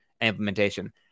implementation